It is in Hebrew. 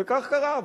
וכך קרה.